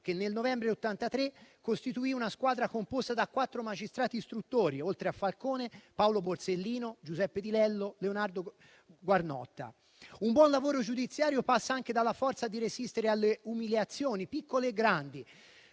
che nel novembre del 1983 costituiva una squadra composta da quattro magistrati istruttori: oltre a Falcone, Paolo Borsellino, Giuseppe Di Lello, Leonardo Guarnotta. Un buon lavoro giudiziario passa anche dalla forza di resistere alle umiliazioni, piccole e grandi.